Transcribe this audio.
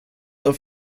auf